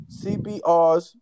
CBRs